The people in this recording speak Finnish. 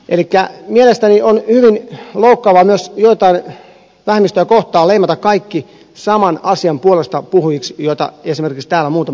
elikkä mielestäni on hyvin loukkaavaa myös joitakin vähemmistöjä kohtaan leimata kaikki saman asian puolestapuhujiksi kuten esimerkiksi täällä muutama henkilö tekee